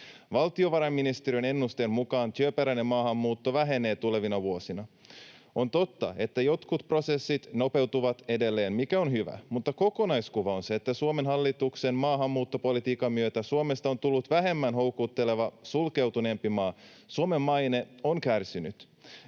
Valtiovarainministeriön ennusteen mukaan työperäinen maahanmuutto vähenee tulevina vuosina. On totta, että jotkut prosessit nopeutuvat edelleen, mikä on hyvä, mutta kokonaiskuva on se, että Suomen hallituksen maahanmuuttopolitiikan myötä Suomesta on tullut vähemmän houkutteleva, sulkeutuneempi maa. Suomen maine on kärsinyt.